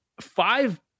five